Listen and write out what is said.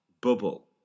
bubble